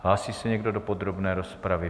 Hlásí se někdo do podrobné rozpravy?